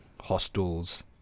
hostels